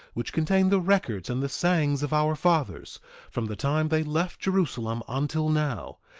which contain the records and the sayings of our fathers from the time they left jerusalem until now,